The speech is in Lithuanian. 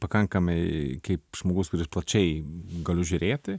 pakankamai kaip žmogus kuris plačiai galiu žiūrėti